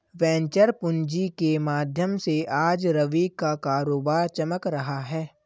venture पूँजी के माध्यम से आज रवि का कारोबार चमक रहा है